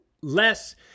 less